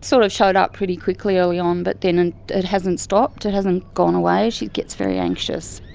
sort of showed up pretty quickly early on, but then and it hasn't stopped, it hasn't gone away. she gets very anxious.